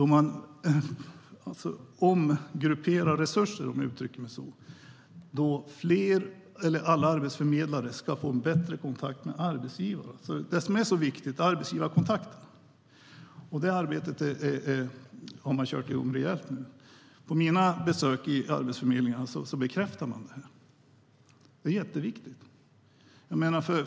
Man omgrupperar resurser, om jag får uttrycka mig så. Fler eller alla arbetsförmedlare ska få bättre kontakt med arbetsgivarna. Det är det som är så viktigt: arbetskontakten. Det arbetet har kört igång rejält nu. Vid mina besök på arbetsförmedlingarna bekräftar man det. Det är jätteviktigt.